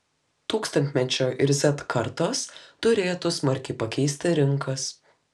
tūkstantmečio ir z kartos turėtų smarkiai pakeisti rinkas